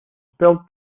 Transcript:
spell